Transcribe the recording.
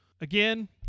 Again